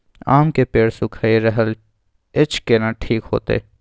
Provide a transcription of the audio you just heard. आम के पेड़ सुइख रहल एछ केना ठीक होतय?